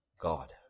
God